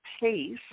pace